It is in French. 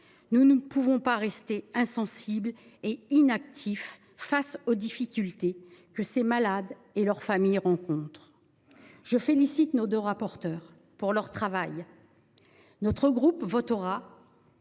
Nous ne pouvons rester insensibles et inactifs face aux difficultés que ces malades et leurs familles rencontrent. Je félicite nos deux rapporteures de leur travail. Sur ce sujet